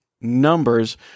numbers